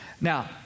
Now